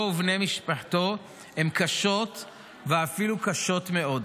ובני משפחתו הן קשות ואפילו קשות מאוד.